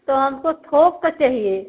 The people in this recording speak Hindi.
तो हमको थोक का चाहिए